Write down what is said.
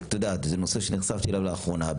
את יודעת, זה נושא שנחשפתי אליו לאחרונה.